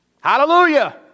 Hallelujah